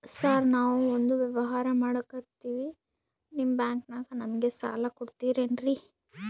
Sir ನಾವು ಒಂದು ವ್ಯವಹಾರ ಮಾಡಕ್ತಿವಿ ನಿಮ್ಮ ಬ್ಯಾಂಕನಾಗ ನಮಿಗೆ ಸಾಲ ಕೊಡ್ತಿರೇನ್ರಿ?